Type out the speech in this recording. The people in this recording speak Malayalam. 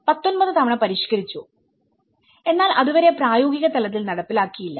19 തവണ പരിഷ്ക്കരിച്ചുഎന്നാൽ അത് വരെ പ്രായോഗിക തലത്തിൽ നടപ്പാക്കിയില്ല